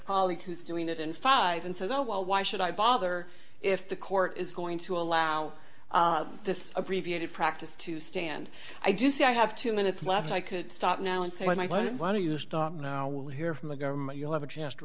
colleague who's doing it in five and says oh well why should i bother if the court is going to allow this abbreviated practice to stand i do see i have two minutes left i could stop now and say i don't want to you start now we'll hear from the government you'll have a chance to